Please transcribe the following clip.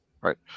Right